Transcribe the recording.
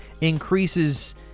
increases